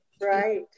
right